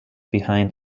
behind